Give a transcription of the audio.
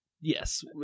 Yes